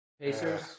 Pacers